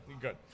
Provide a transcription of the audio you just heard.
Good